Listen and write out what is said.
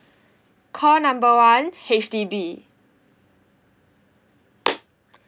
call number one H_D_B